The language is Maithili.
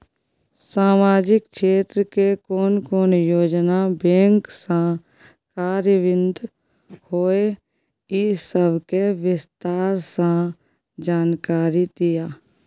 सामाजिक क्षेत्र के कोन कोन योजना बैंक स कार्यान्वित होय इ सब के विस्तार स जानकारी दिय?